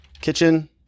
kitchen